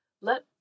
let